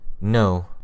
No